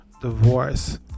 Divorce